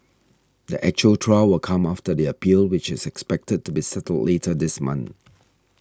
the actual trial will come after the appeal which is expected to be settled later this month